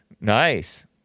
Nice